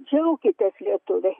džiaukitės lietuviai